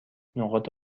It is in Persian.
نقاط